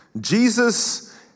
Jesus